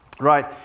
right